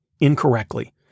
incorrectly